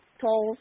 tolls